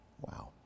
Wow